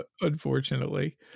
Unfortunately